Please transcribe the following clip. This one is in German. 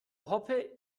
hoppe